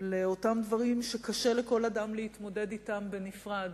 לאותם דברים שקשה לכל אדם להתמודד אתם בנפרד.